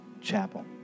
chapel